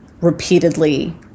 repeatedly